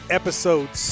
episode